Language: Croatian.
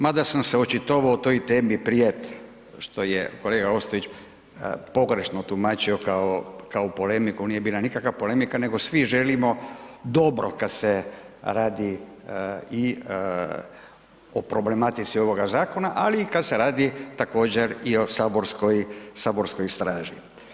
Mada sam se očitovao o toj temi prije što je kolega Ostojić pogrešno tumačio kao polemiku, nije bila nikakva polemika nego svi želimo dobro kad se radi i o problematici ovoga zakona ali i kada se radi također o saborskoj straži.